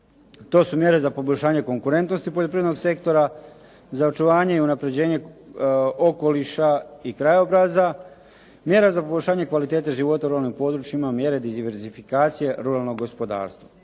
To su mjere za poboljšanje konkurentnosti poljoprivrednog sektora, za očuvanje i unapređenje okoliša i krajobraza, mjera za poboljšanje kvalitete života u ruralnim područjima, mjere diverzifikacije ruralnog gospodarstva.